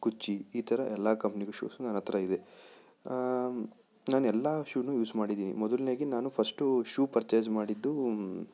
ಗುಚ್ಚಿ ಈ ಥರ ಎಲ್ಲ ಕಂಪ್ನಿದ್ದು ಶೂಸು ನನ್ನತ್ರ ಇದೆ ನಾನು ಎಲ್ಲ ಶೂನು ಯೂಸ್ ಮಾಡಿದ್ದೀನಿ ಮೊದಲಿಗೆ ನಾನು ಫರ್ಸ್ಟು ಶೂ ಪರ್ಚೇಸ್ ಮಾಡಿದ್ದು